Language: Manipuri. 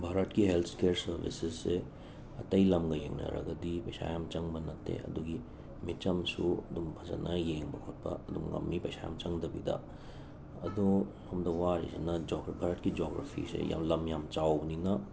ꯚꯥꯔꯠꯀꯤ ꯍꯦꯜꯠꯁ ꯀꯦꯔ ꯁꯔꯕꯤꯁꯦꯁꯁꯦ ꯑꯇꯩ ꯂꯝꯒ ꯌꯦꯡꯅꯔꯒꯗꯤ ꯄꯩꯁꯥ ꯌꯥꯝꯅ ꯆꯪꯕ ꯅꯠꯇꯦ ꯑꯗꯨꯒꯤ ꯃꯤꯆꯝꯁꯨ ꯑꯗꯨꯝ ꯐꯖꯟꯅ ꯌꯦꯡꯕ ꯈꯣꯠꯄ ꯑꯗꯨꯝ ꯉꯝꯃꯤ ꯄꯩꯁꯥ ꯌꯥꯝ ꯆꯪꯗꯕꯤꯗ ꯑꯗꯣ ꯁꯣꯝꯗ ꯋꯥꯔꯤꯁꯤꯅ ꯖꯣꯒ꯭ꯔꯥꯐꯔꯒꯤ ꯖꯣꯒ꯭ꯔꯐꯤꯁꯦ ꯂꯝ ꯌꯥꯝ ꯆꯥꯎꯕꯅꯤꯅ